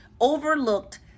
overlooked